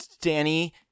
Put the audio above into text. Danny